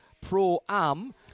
Pro-Am